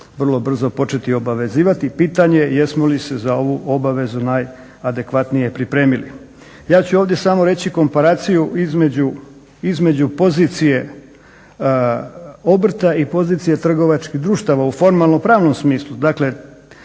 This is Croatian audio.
vrlo brzo početi obavezivati i pitanje jesmo li se za ovu obavezu najadekvatnije pripremili. Ja ću ovdje samo reći komparaciju između pozicije obrta i pozicije trgovačkih društava u formalno pravnom smislu.